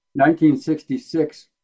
1966